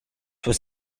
was